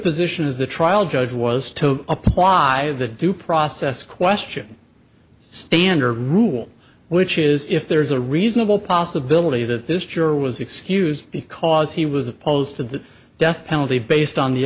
position as the trial judge was to apply the due process question standard rule which is if there is a reasonable possibility that this juror was excused because he was opposed to the death penalty based on the